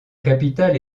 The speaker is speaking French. capitale